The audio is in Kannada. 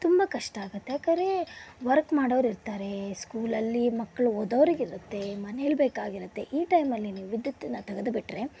ತುಂಬ ಕಷ್ಟ ಆಗತ್ತೆ ಯಾಕಂದರೆ ವರ್ಕ್ ಮಾಡೋರು ಇರ್ತಾರೆ ಸ್ಕೂಲಲ್ಲಿ ಮಕ್ಕಳು ಓದೋರಿಗೆ ಇರತ್ತೆ ಮನೇಲಿ ಬೇಕಾಗಿರತ್ತೆ ಈ ಟೈಮಲ್ಲಿ ನೀವು ವಿದ್ಯುತ್ತನ್ನು ತೆಗೆದುಬಿಟ್ರೆ